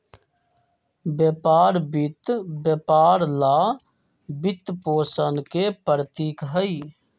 व्यापार वित्त व्यापार ला वित्तपोषण के प्रतीक हई,